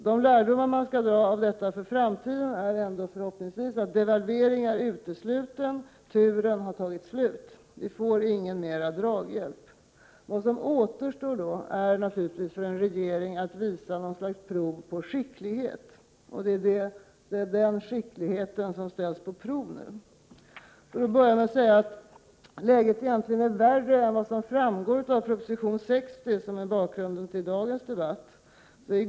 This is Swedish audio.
De lärdomar som man skall dra av detta för framtiden är ändå förhoppningsvis att devalvering är utesluten och att turen har tagit slut, och att vi inte får någon mer draghjälp. Vad som då återstår för en regering är naturligtvis att visa något slags prov på skicklighet, och det är den skickligheten som nu ställs på prov. Läget är egentligen värre än vad som framgår av proposition 60 som ligger till grund för dagens debatt.